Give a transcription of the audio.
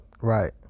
Right